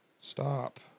Stop